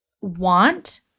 want